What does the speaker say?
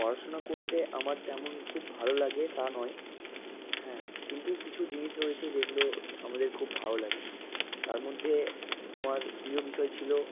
পড়াশোনা করতে আমার তেমন খুব ভালো লাগে তা নয় হ্যাঁ কিন্তু কিছু জিনিস রয়েছে যেগুলো আমাদের খুব ভালো লাগে তার মধ্যে আমার প্রিয় বিষয় ছিলো